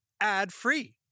ad-free